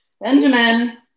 benjamin